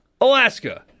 Alaska